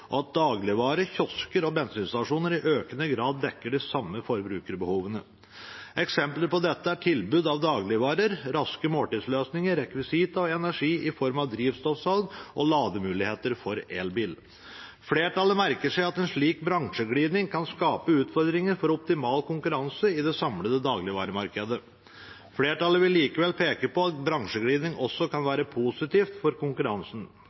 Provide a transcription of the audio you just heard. og at dagligvare, kiosker og bensinstasjoner i økende grad dekker de samme forbrukerbehovene. Eksempler på dette er tilbud av dagligvarer, raske måltidsløsninger, rekvisita og energi i form av drivstoffutsalg og lademuligheter for el-bil. Flertallet merker seg at en slik bransjeglidning kan skape utfordringer for optimal konkurranse i det samlede dagligvaremarkedet. Flertallet vil likevel peke på at bransjeglidning også kan være positivt for konkurransen.